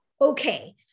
okay